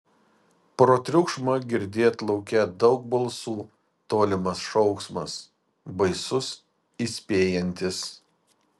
pro triukšmą girdėt lauke daug balsų tolimas šauksmas baisus įspėjantis